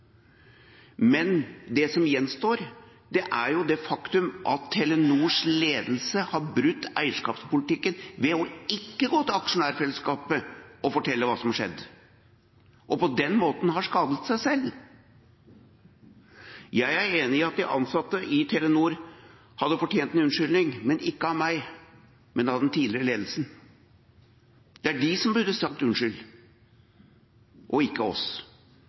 Men det som gjenstår, er det faktum at Telenors ledelse har brutt eierskapspolitikken ved å ikke gå til aksjonærfellesskapet og fortelle hva som er skjedd, og på den måten har skadet seg selv. Jeg er enig i at de ansatte i Telenor hadde fortjent en unnskyldning – ikke av meg, men av den tidligere ledelsen. Det er de som burde sagt unnskyld, og ikke